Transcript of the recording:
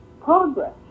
progress